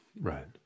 right